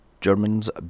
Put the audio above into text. Germans